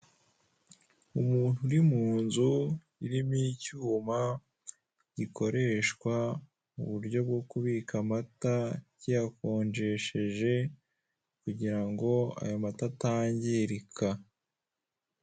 Umuntu uri mu nzu irimo icyuma gikoreshwa mu buryo bwo kubika amata cyiyakonjesheje kugira ngo ayo mata atangirika.